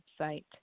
website